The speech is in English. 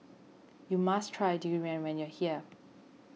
you must try Durian when you are here